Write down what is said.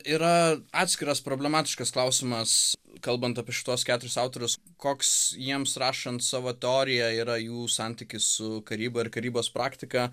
yra atskiras problematiškas klausimas kalbant apie šituos keturis autorius koks jiems rašant savo teoriją yra jų santykis su karyba ir karybos praktika